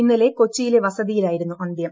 ഇന്നലെ ളക്ട്ച്ചീയിലെ വസതിയിലായിരുന്നു അന്ത്യം